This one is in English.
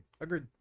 Agreed